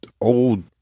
old